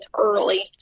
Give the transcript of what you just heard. early